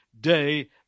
day